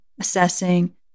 assessing